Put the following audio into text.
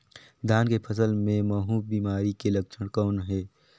धान के फसल मे महू बिमारी के लक्षण कौन हे?